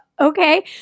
okay